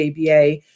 ABA